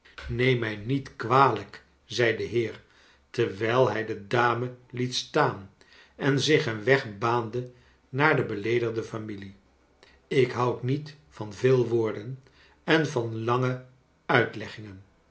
neem mij niet kwalijk zei de heer terwijl hij de dame liet staan en zich eon weg baancle naar de beleecligde familie ik houd niet van veel woorden en van lange uitleggingen